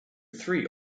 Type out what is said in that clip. three